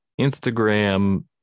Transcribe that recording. instagram